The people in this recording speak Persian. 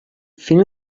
فیلم